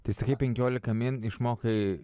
tai sakai penkiolikoj min išmokai